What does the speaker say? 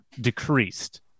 decreased